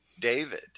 David